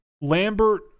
Lambert